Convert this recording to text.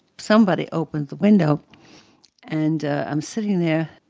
somebody opened the window and i'm sitting there